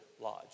lodge